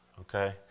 Okay